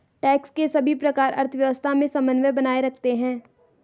tax के सभी प्रकार अर्थव्यवस्था में समन्वय बनाए रखते हैं